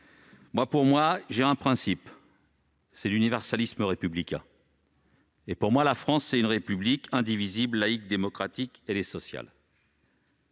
concerne, j'ai un principe : l'universalisme républicain. Pour moi, la France, c'est une République indivisible, laïque, démocratique et sociale,